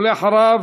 ואחריו,